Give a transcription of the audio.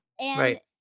Right